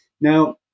Now